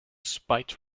spite